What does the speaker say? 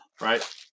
right